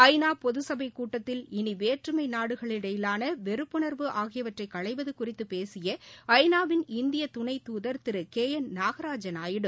ஐநா பொதுசபை கூட்டத்தில் இனவேற்றுமை நாடுகளுக்கிடையிலான வெறுப்புணர்வு ஆகியவற்றை களைவது குறித்து பேசிய ஐநாவின் இந்திய துணைத்துதர் திரு கே என் நாகராஜ நாயுடு